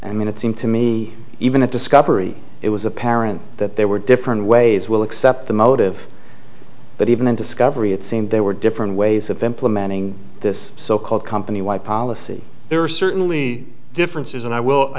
and it seemed to me even at discovery it was apparent that there were different ways we'll accept the motive but even in discovery it seemed there were different ways of implementing this so called company y policy there are certainly differences and i will i